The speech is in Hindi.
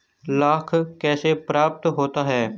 लाख कैसे प्राप्त होता है?